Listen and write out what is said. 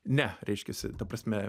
ne reiškiasi ta prasme